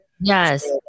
Yes